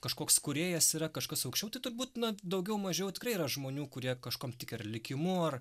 kažkoks kūrėjas yra kažkas aukščiau tai turbūt na daugiau mažiau tikrai yra žmonių kurie kažkuom tiki ar likimu ar